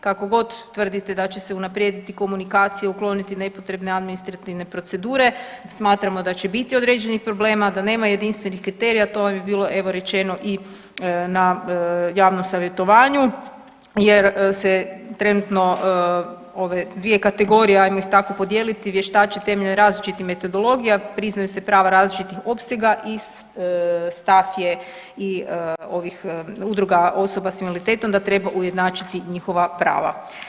Kakogod tvrdite da će se unaprijediti komunikacija, ukloniti nepotrebne administrativne procedure smatramo da će biti određenih problema, da nema jedinstvenih kriterija to vam je bilo evo rečeno i na javnom savjetovanju jer se trenutno ove dvije kategorije, ajmo ih tako podijeliti, vještače temeljem različitih metodologija, priznaju se prava različitih opsega i stav je i ovih udruga osoba s invaliditetom da treba ujednačiti njihova prava.